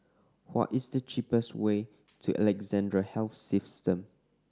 what is the cheapest way to Alexandra Health System